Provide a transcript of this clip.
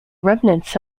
remnants